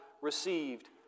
received